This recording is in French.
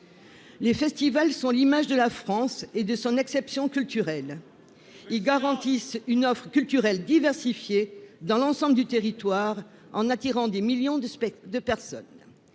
Les festivals sont l'image de la France et de son exception culturelle ils garantissent une offre culturelle diversifiée dans l'ensemble du territoire en attirant des millions de de personnes